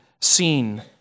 seen